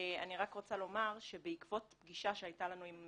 אני רק רוצה לומר שבעקבות פגישה שהייתה לנו עם